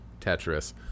Tetris